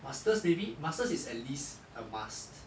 masters maybe masters is at least a must